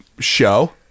show